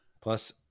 Plus